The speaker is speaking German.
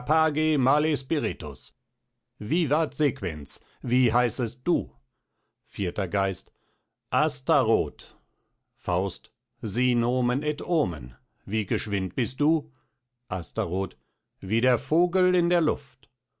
male spiritus vivat sequens wie heißest du vierter geist astarot faust si nomen et omen wie geschwind bist du astarot wie der vogel in der luft